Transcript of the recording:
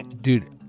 Dude